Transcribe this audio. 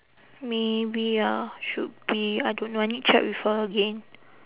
maybe ah should be I don't know I need check with her again